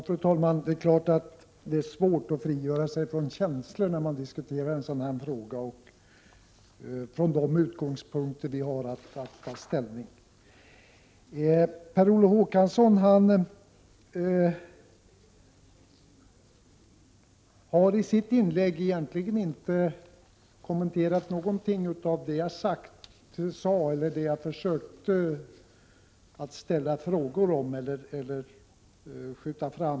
Fru talman! Det är klart att det är svårt att frigöra sig från känslor när man diskuterar en sådan här fråga från de utgångspunkter vi har för vårt ställningstagande. Per Olof Håkansson har i sitt inlägg egentligen inte kommenterat någonting av det jag sade eller ställde frågor om.